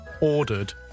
Ordered